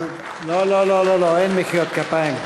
לא, לא, לא, אין מחיאות כפיים.